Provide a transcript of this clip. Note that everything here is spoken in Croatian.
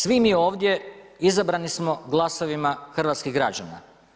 Svi mi ovdje izabrani smo glasovima hrvatskih građana.